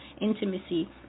intimacy